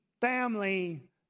family